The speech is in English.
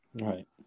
Right